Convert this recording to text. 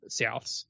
Souths